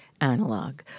analog